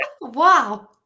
Wow